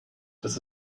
das